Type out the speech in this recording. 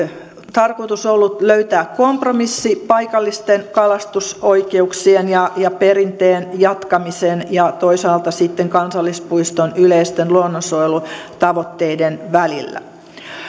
tarkoitus ollut löytää kompromissi paikallisten kalastusoikeuksien ja ja perinteen jatkamisen ja toisaalta sitten kansallispuiston yleisten luonnonsuojelutavoitteiden välillä